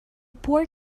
pork